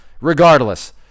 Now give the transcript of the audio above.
regardless